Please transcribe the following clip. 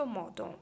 modo